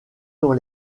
dans